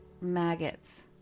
maggots